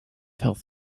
health